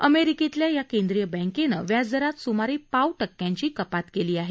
अमेरिकेतल्या या केंद्रीय बँकेनं व्याजदरात सुमारे पाव टक्क्याची कपात केली आहे